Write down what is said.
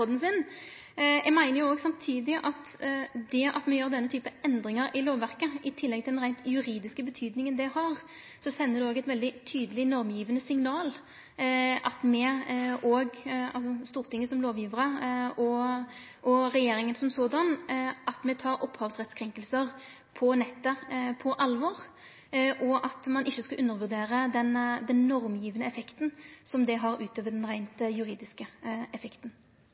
sin opphavsrett i samband med nedlasting til iPod-en sin. Eg meiner jo òg samtidig at det at me gjer slike endringar i lovverket – i tillegg til den reint juridiske verknaden det har – òg sender eit veldig tydeleg normgjevande signal om at Stortinget som lovgjevar og regjeringa tek krenkingar av opphavsrett på nettet på alvor, og at ein ikkje skal undervurdere den normgjevande effekten det har utover den reint juridiske effekten.